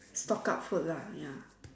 stock up food lah ya